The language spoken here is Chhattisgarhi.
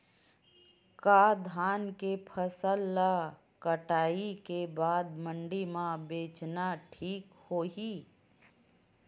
का धान के फसल ल कटाई के बाद मंडी म बेचना ठीक होही?